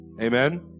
amen